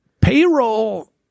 Payroll